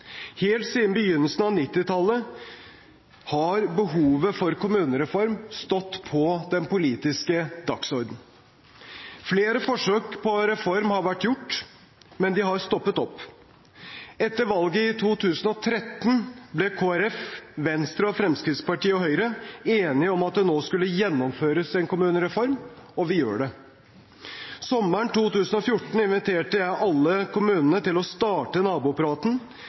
Helt siden begynnelsen av 1990-tallet har behovet for kommunereform stått på den politiske dagsordenen. Flere forsøk på reform har vært gjort, men det har stoppet opp. Etter valget i 2013 ble Kristelig Folkeparti, Venstre, Fremskrittspartiet og Høyre enige om at det nå skulle gjennomføres en kommunereform – og vi gjør det. Sommeren 2014 inviterte jeg alle kommunene til å starte nabopraten.